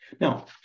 Now